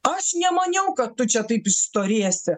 aš nemaniau kad tu čia taip išstorėsi